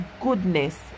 goodness